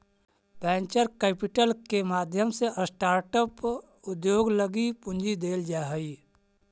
venture capital के माध्यम से स्टार्टअप उद्योग लगी पूंजी देल जा हई